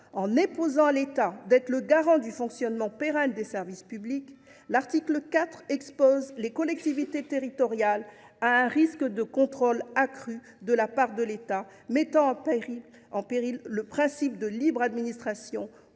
en imposant à l’État d’être le garant du fonctionnement pérenne des services publics, l’article 4 expose les collectivités territoriales à un risque de contrôle accru de la part de l’État, mettant en péril le principe de libre administration consacré